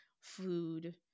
food